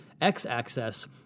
X-axis